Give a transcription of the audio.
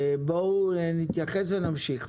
נתייחס ונמשיך.